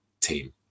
team